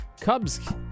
Cubs